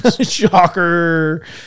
shocker